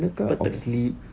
I thought